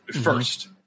first